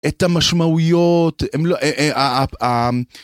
את המשמעויות.